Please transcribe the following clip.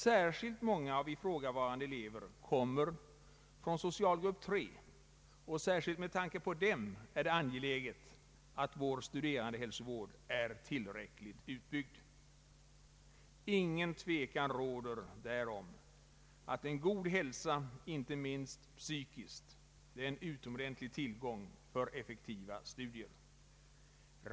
Särskilt många av ifrågavarande elever kommer från socialgrupp 3, och speciellt med tanke på dem är det angeläget att vår studerandehälsovård är tillräckligt utbyggd. Ingen tvekan råder därom att en god hälsa, inte minst psykiskt, är en utomordentlig tillgång för effektiva studier.